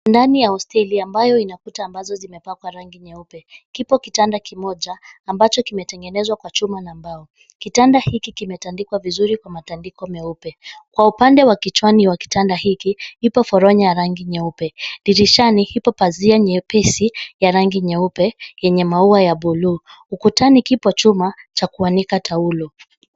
Ndani ya hosteli ambayo inakuta ambazo zimepakwa rangi nyeupe kipo kitanda kimoja ambacho kimetengenezwa kwa chuma na mbao, kitanda hiki kimetandikwa vizuri kwa matandiko meupe, kwa upande wa kichwani wa kitanda hiki ipo foronya ya rangi nyeupe dirishani hipo pazia nyepesi ya rangi nyeupe yenye maua ya buluu ukutani kipo chuma cha kuanika taulo.